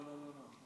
לא, לא, לא.